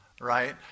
right